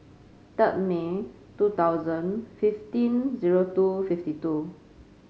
third May two thousand fifteen zero two fifty two